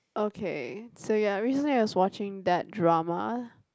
okay so ya recently I was watching that drama